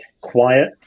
quiet